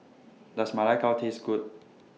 Does Ma Lai Gao Taste Good